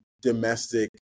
domestic